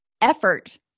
effort